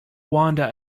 wander